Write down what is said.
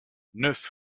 neuf